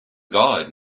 guide